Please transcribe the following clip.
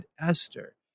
Esther